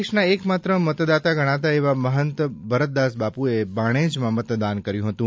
દેશના એકમાત્ર મતદાતા ગણાતા એવા મહંત ભરતદાસ બાપ્રએ બાણેજમાં મતદાન કર્યું હતું